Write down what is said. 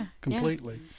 completely